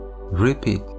Repeat